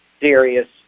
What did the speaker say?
serious